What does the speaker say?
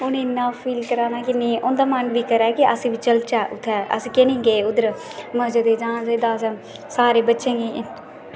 उनें ई इन्ना फील कराना की उंदा मन बी करै की नेईं अस बी चलचै उत्थें अस केंह निं गे उद्धर ते मज़े दे जाना सारें बच्चें गी